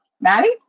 Maddie